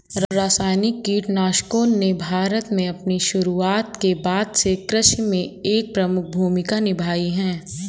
रासायनिक कीटनाशकों ने भारत में अपनी शुरूआत के बाद से कृषि में एक प्रमुख भूमिका निभाई हैं